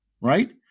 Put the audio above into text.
right